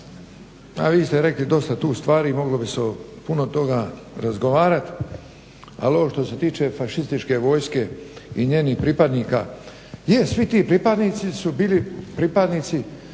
vi ste rekli dosta tu stvari, moglo bi se o puno toga razgovarat. Ali ovo što se tiče fašističke vojske i njenih pripadnika, je, svi ti pripadnici su bili pripadnici